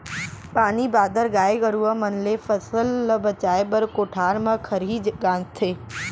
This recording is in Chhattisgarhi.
पानी बादर, गाय गरूवा मन ले फसल ल बचाए बर कोठार म खरही गांजथें